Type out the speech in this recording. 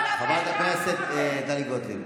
חברת הכנסת טלי גוטליב.